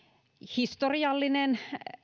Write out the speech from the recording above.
historiallinen